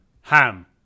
Ham